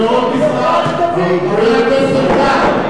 אתם לא מייצגים אותם.